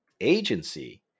agency